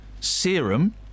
Serum